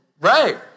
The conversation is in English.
Right